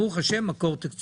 ברוך השם, מקור תקציבי.